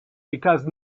because